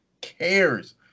cares